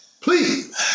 Please